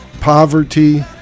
poverty